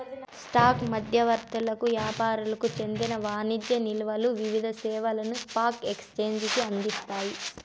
stock మధ్యవర్తులకు యాపారులకు చెందిన వాణిజ్య నిల్వలు వివిధ సేవలను స్పాక్ ఎక్సేంజికి అందిస్తాయి